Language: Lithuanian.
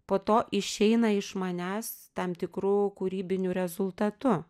po to išeina iš manęs tam tikru kūrybiniu rezultatu